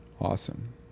Awesome